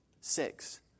six